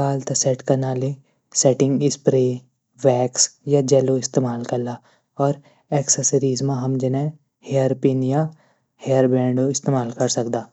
बालों तै सैट कनाले सैंटिग स्प्रे वैक्स या जैल इस्तेमाल कला और एक्शसीरीज मा जैकि हेयर पिन या हेयर बैंड का इस्तेमाल कला।